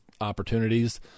opportunities